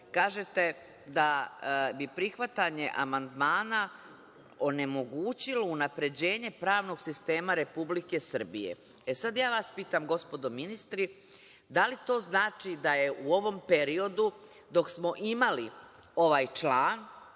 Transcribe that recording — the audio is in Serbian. kažete da bi prihvatanje amandmana onemogućilo unapređenje pravnog sistema Republike Srbije. Sad ja vas pitam, gospodo ministri, da li to znači da je u ovom periodu, dok smo imali ovaj član